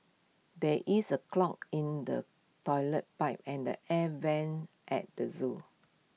there is A clog in the Toilet Pipe and the air Vents at the Zoo